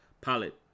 palette